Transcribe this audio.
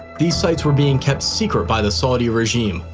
these sites were being kept secret by the saudi regime,